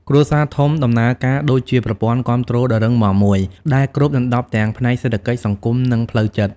គ្រួសារធំដំណើរការដូចជាប្រព័ន្ធគាំទ្រដ៏រឹងមាំមួយ ដែលគ្របដណ្តប់ទាំងផ្នែកសេដ្ឋកិច្ច សង្គម និងផ្លូវចិត្ត។